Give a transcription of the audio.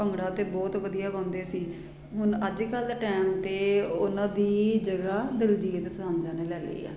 ਭੰਗੜਾ ਤਾਂ ਬਹੁਤ ਵਧੀਆ ਪਾਉਂਦੇ ਸੀ ਹੁਣ ਅੱਜ ਕੱਲ੍ਹ ਦੇ ਟਾਈਮ 'ਤੇ ਉਹਨਾਂ ਦੀ ਜਗ੍ਹਾ ਦਿਲਜੀਤ ਦੋਸਾਂਝ ਨੇ ਲੈ ਲਈ ਹੈ